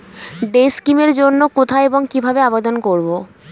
Day scheme এর জন্য কোথায় এবং কিভাবে আবেদন করব?